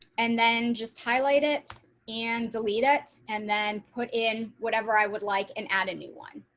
and then just highlight it and delete it and then put in whatever i would like and add a new one.